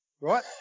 right